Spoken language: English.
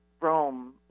Rome